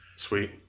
Sweet